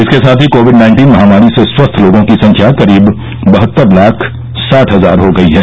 इसके साथ ही कोविड नाइन्टीन महामारी से स्वस्थ लोगों की संख्या करीब बहत्तर लाख साठ हजार हो गई है